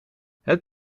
het